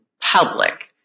public